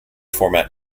format